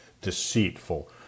deceitful